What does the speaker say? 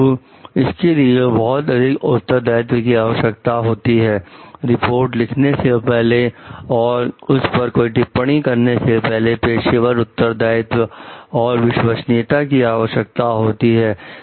परंतु इसके लिए बहुत अधिक उत्तरदायित्व की आवश्यकता होती है रिपोर्ट लिखने से पहले और उस पर कोई टिप्पणी करने से पहले पेशेवर उत्तरदायित्व और विश्वसनीयता की आवश्यकता होती है